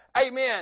amen